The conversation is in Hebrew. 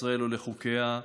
שר הרווחה היקר.